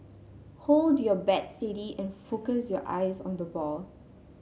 hold your bat steady and focus your eyes on the ball